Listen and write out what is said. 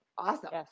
Awesome